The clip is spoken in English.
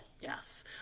Yes